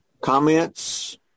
Comments